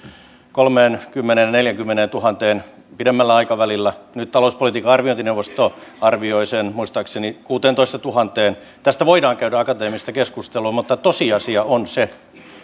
kolmeenkymmeneentuhanteen viiva neljäänkymmeneentuhanteen pidemmällä aikavälillä nyt talouspolitiikan arviointineuvosto arvioi sen muistaakseni kuuteentoistatuhanteen tästä voidaan käydä akateemista keskustelua mutta tosiasia on se